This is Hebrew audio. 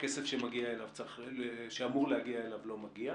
שהכסף שאמור להגיע אליו לא מגיע.